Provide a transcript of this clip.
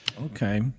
Okay